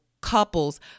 couples